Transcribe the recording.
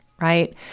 right